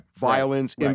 violence